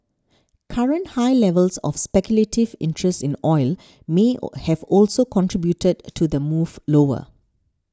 current high levels of speculative interest in oil may have also contributed to the move lower